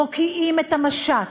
מוקיעים את המשט,